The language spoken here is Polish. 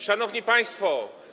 Szanowni Państwo!